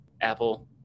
Apple